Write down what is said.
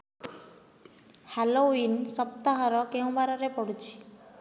Halloween ସପ୍ତାହର କେଉଁ ବାରରେ ପଡ଼ୁଛି